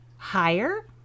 higher